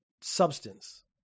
substance